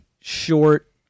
short